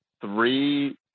three